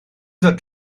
ddod